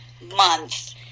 month